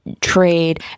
trade